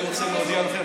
אני רוצה להודיע לכם,